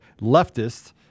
leftists